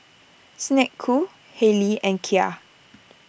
Snek Ku Haylee and Kia